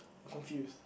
confused